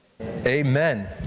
Amen